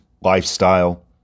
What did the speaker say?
lifestyle